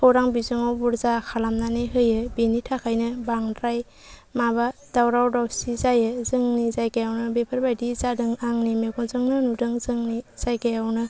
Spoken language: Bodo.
खौरां बिजोंआव बुरजा खालामनानै होयो बेनि थाखायनो बांद्राय माबा दावराव दावसि जायो जोंनि जायगायावनो बेफोर बायदि जादों आंनि मेगनजोंनो नुदों जोंनि जायगायावनो